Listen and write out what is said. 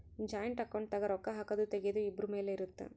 joint account ದಾಗ ರೊಕ್ಕ ಹಾಕೊದು ತೆಗಿಯೊದು ಇಬ್ರು ಮೇಲೆ ಇರುತ್ತ